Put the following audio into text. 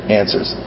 answers